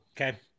okay